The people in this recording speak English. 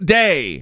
day